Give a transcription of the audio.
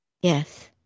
Yes